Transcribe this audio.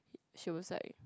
she was like